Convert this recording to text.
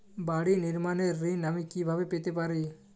বাড়ি নির্মাণের ঋণ আমি কিভাবে পেতে পারি?